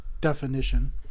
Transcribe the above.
definition